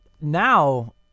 Now